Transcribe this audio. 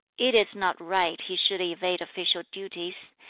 it is not right he should evade official duties.